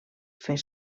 fer